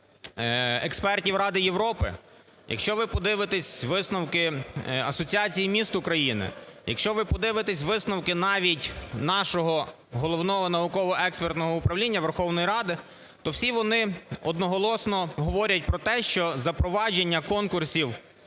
якщо ви подивитесь висновки Асоціації міст України, якщо ви подивитесь висновки навіть нашого Головного науково-експертного управління Верховної Ради, то всі вони одноголосно говорять про те, що запровадження конкурсів